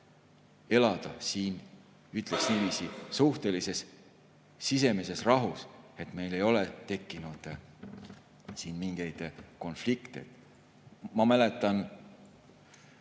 elada siin, ütleks niiviisi, suhtelises sisemises rahus, meil ei ole tekkinud siin mingeid konflikte. Ma mäletan,